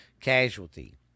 casualty